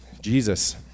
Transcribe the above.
Jesus